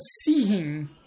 seeing